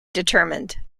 determined